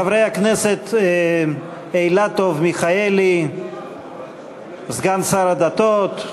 חברי הכנסת אילטוב, מיכאלי, סגן שר הדתות,